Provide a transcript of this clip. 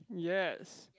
yes